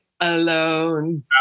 alone